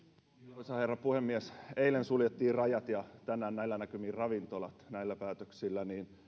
arvoisa herra puhemies kun eilen suljettiin rajat ja tänään näillä näkymin ravintolat näillä päätöksillä niin